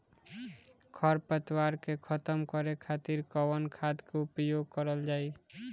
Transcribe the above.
खर पतवार के खतम करे खातिर कवन खाद के उपयोग करल जाई?